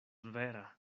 vera